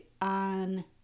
on